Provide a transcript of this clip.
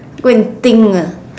go and think ah